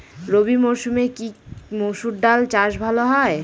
রবি মরসুমে কি মসুর ডাল চাষ ভালো হয়?